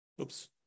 Oops